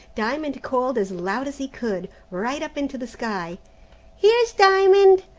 diamond called as loud as he could, right up into the sky here's diamond,